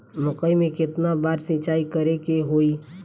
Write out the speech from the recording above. मकई में केतना बार सिंचाई करे के होई?